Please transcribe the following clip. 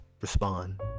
respond